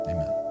Amen